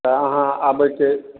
तऽ अहाँ आबयके